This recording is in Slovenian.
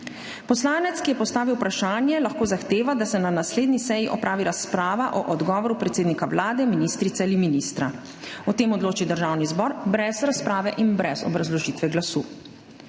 Poslanec, ki je postavil vprašanje, lahko zahteva, da se na naslednji seji opravi razprava o odgovoru predsednika Vlade, ministrice ali ministra. O tem odloči Državni zbor brez razprave in brez obrazložitve glasu.